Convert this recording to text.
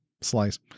Slice